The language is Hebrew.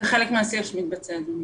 זה חלק מהשיח שמתבצע, אדוני.